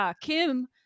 kim